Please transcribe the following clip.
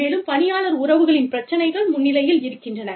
மேலும் பணியாளர் உறவுகளின் பிரச்சினைகள் முன்னணியில் இருக்கின்றன